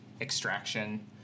extraction